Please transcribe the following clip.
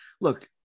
look